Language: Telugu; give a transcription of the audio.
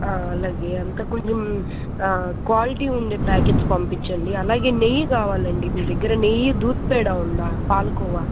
అలాగే అంత కొంచెం క్వాలిటీ ఉండే ప్యాకెట్స్ పంపించండి అలాగే నెయ్యి కావాలండి మీ దగ్గర నెయ్యి దూద్ పేడ ఉందా పాాలకోవ